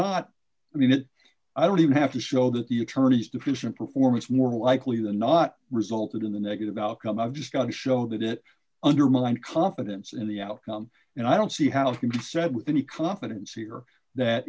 not i mean it i don't even have to show that the attorney's deficient performance more likely than not resulted in the negative outcome i've just got to show that it undermined confidence in the outcome and i don't see how it can be said with any confidence here that